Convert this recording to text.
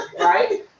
right